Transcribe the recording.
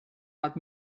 hat